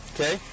Okay